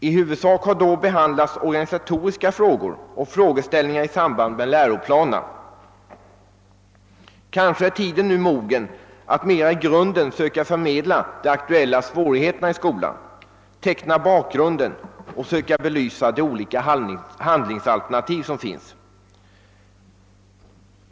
I huvudsak har då behandlats organisatoriska problem och frågeställningar i samband med läroplanerna. Kanske är tiden nu mogen att mera i grunden söka förmedla de aktuella svårigheterna i skolan, teckna bakgrunden och belysa de olika handlingsalternativ som finns.